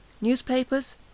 Newspapers